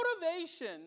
motivation